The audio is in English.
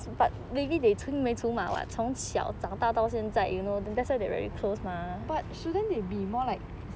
but shouldn't they be more like